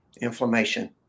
Inflammation